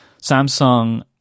Samsung